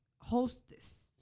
hostess